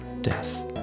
death